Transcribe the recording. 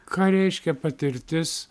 ką reiškia patirtis